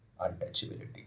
untouchability